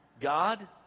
God